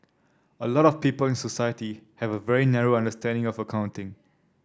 a lot of people in society have a very narrow understanding of accounting